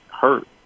hurt